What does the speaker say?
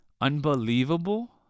unbelievable